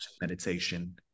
meditation